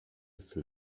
für